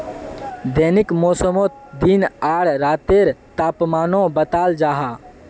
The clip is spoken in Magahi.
दैनिक मौसमोत दिन आर रातेर तापमानो बताल जाहा